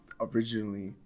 Originally